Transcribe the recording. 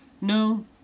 No